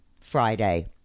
Friday